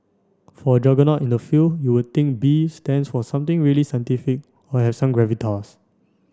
for a juggernaut in the field you would think B stands for something really scientific or have some gravitas